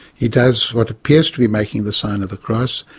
he does what appears to be making the sign of the cross,